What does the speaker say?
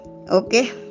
Okay